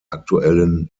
aktuellen